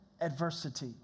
adversity